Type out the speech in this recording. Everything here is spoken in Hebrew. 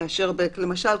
למשל,